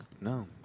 No